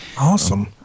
Awesome